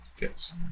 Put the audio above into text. Yes